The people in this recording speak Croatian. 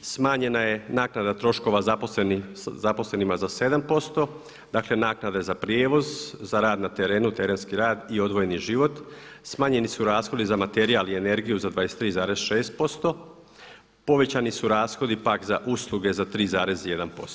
smanjena je naknada troškova zaposlenima za 7%, dakle naknade za prijevoz, za rad na terenu, terenski rad i odvojeni život, smanjeni su rashodi za materijal i energiju za 23,6%, povećani su rashodi pak za usluge za 3,1%